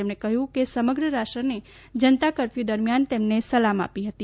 તેમણે કહ્યું કે સમગ્ર રાષ્ટ્રએ જનતા કર્ફ્ય્ર દરમિયાન તેમને સલામ આપી હતી